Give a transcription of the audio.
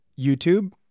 YouTube